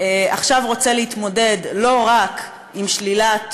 עכשיו רוצה להתמודד לא רק עם שלילת